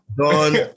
done